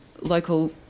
local